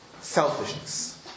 Selfishness